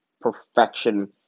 perfection